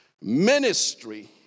ministry